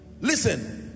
Listen